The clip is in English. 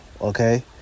okay